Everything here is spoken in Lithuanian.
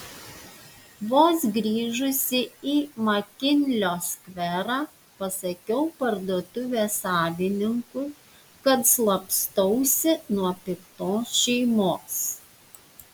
vos grįžusi į makinlio skverą pasakiau parduotuvės savininkui kad slapstausi nuo piktos šeimos